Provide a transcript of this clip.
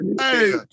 Hey